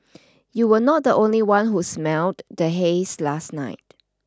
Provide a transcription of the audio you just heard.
you were not the only one who smelled the haze last night